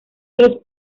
los